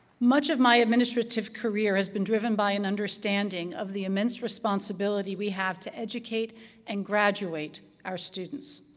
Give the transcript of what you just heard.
much of my administrative career has been driven by an understanding of the immense responsibility we have to educate and graduate our students.